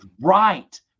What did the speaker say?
right